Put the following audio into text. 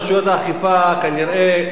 רשויות האכיפה כנראה,